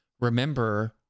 remember